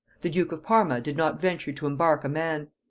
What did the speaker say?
the duke of parma did not venture to embark a man.